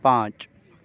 پانچ